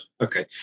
Okay